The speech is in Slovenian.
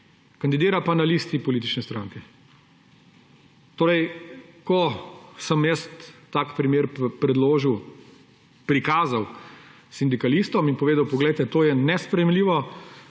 kandidira pa na listi politične stranke. Ko sem jaz tak primer prikazal sindikalistom in povedal: »Poglejte, to je nesprejemljivo,